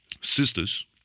sisters